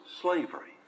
slavery